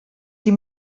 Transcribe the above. sie